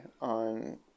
on